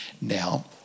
now